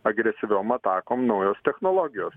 agresyviom atakom naujos technologijos